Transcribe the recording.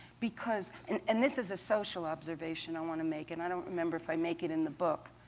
because and and this is a social observation i want to make, and i don't remember if i make it in the book.